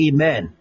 Amen